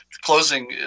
closing